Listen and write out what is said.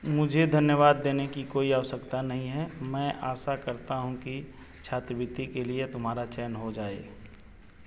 मुझे धन्यवाद देने की कोई आवश्यकता नहीं है मैं आशा करता हूँ कि छात्रवृति के लिए तुम्हारा चयन हो जाए